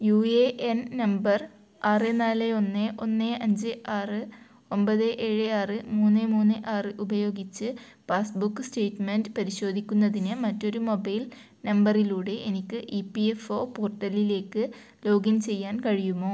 U A N നമ്പർ ആറ് നാല് ഒന്ന് ഒന്ന് അഞ്ച് ആറ് ഒമ്പത് ഏഴ് ആറ് മുന്ന് മൂന്ന് ആറ് ഉപയോഗിച്ച് പാസ്ബുക്ക് സ്റ്റേറ്റ്മൻ്റ് പരിശോധിക്കുന്നതിന് മറ്റൊരു മൊബൈൽ നമ്പറിലൂടെ എനിക്ക് ഇ പി എഫ് ഒ പോർട്ടലിലേക്ക് ലോഗിൻ ചെയ്യാൻ കഴിയുമോ